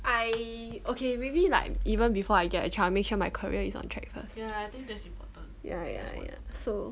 I okay maybe like even before I get a child make sure my career is on track first ya ya ya so